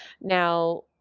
Now